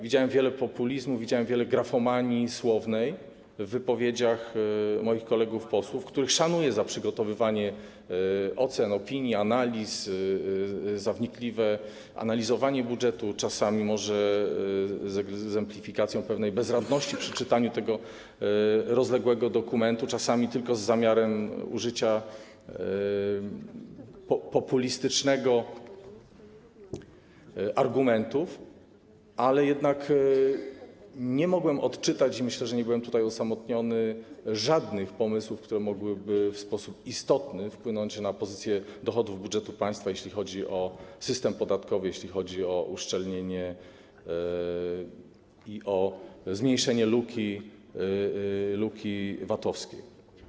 Słyszałem wiele populizmu, wiele grafomanii słownej w wypowiedziach moich kolegów posłów, których szanuję za przygotowywanie ocen, opinii, analiz, za wnikliwe analizowanie budżetu - czasami może z egzemplifikacją pewnej bezradności przy czytaniu tego obszernego dokumentu, czasami tylko z zamiarem użycia populistycznego argumentu - ale nie mogłem odczytać, i myślę, że nie byłem tutaj osamotniony, żadnych pomysłów, które mogłyby w sposób istotny wpłynąć na pozycję dochodów budżetu państwa, jeśli chodzi o system podatkowy, jego uszczelnienie i zmniejszenie luki VAT-owskiej.